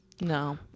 no